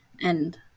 And-